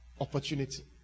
opportunity